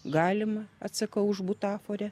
galima atsakau už butaforę